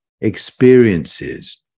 experiences